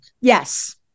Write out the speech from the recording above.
Yes